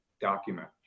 document